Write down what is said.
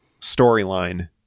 storyline